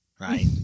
right